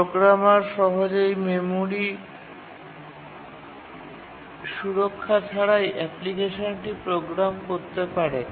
programmer সহজেই মেমরির সুরক্ষা ছাড়াই অ্যাপ্লিকেশনটি প্রোগ্রাম করতে পারে